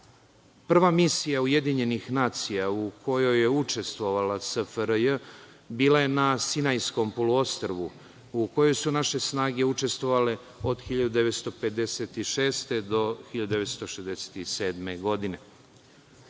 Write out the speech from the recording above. misija UN u kojoj je učestvovala SFRJ bila je na Sinajskom poluostrvu u kojoj su naše snage učestvovale od 1956. do 1967. godine.